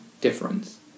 difference